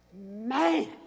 man